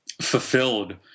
fulfilled